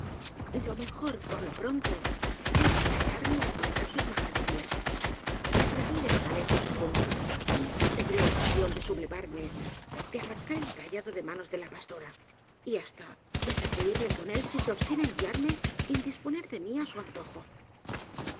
lo mejor por lo pronto es callarme y aguantar sus majaderías el redil está lejos aún y ya tendré ocasión de sublevarme de arrancar el cayado de manos de la pastora y hasta de sacudirle con él si se obstina en guiarme y en disponer de mí á su antojo